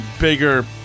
bigger